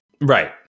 Right